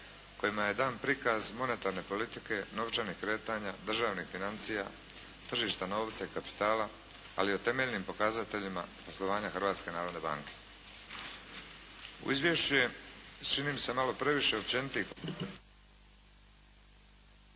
kojima je dan prikaz monetarne politike, novčanih kretanja, državnih financija, tržišta novca i kapitala. Ali i o temeljnim pokazateljima poslovanja Hrvatske narodne banke. U izvješću je čini mi se malo previše općenitih